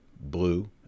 blue